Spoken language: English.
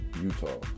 Utah